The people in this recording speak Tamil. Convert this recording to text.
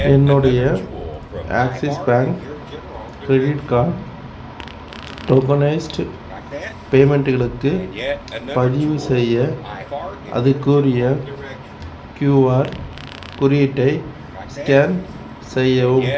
என்னுடைய Axis bank credit card tokenised பேமெண்ட்களுக்கு பதிவுசெய்ய அதுக்குரிய க்யூஆர் குறியீட்டை ஸ்கேன் செய்யவும்